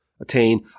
attain